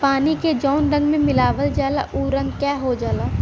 पानी के जौने रंग में मिलावल जाला उ रंग क हो जाला